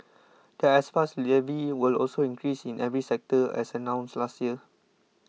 the S Pass levy will also increase in every sector as announced last year